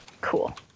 Cool